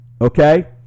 okay